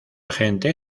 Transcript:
gente